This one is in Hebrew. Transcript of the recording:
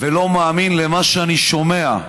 ולא מאמין למה שאני שומע.